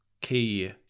key